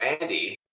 Andy